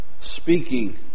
Speaking